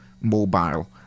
mobile